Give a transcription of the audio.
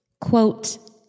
Quote